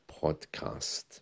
podcast